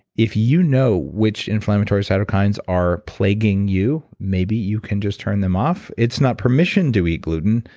if you know which inflammatory cytokines are plaguing you, maybe you can just turn them off. it's not permission to eat gluten,